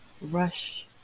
rush